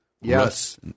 Yes